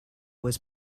was